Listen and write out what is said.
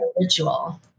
ritual